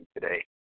today